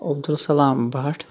Abdul Salam Bhat